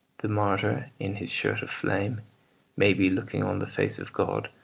the martyr in his shirt of flame may be looking on the face of god,